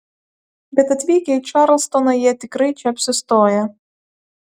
bet atvykę į čarlstoną jie tikrai čia apsistoja